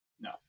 No